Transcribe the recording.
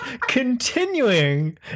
continuing